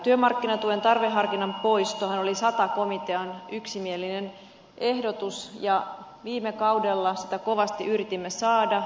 työmarkkinatuen tarveharkinnan poistohan oli sata komitean yksimielinen ehdotus ja viime kaudella sitä kovasti yritimme saada